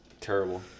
Terrible